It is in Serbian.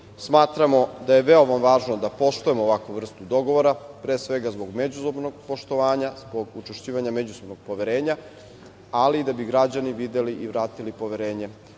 da je veoma važno da poštujemo ovakvu vrstu dogovora, pre svega zbog međusobnog poštovanja, zbog učvršćivanja međusobnog poverenja, ali i da bi građani videli i vratili poverenje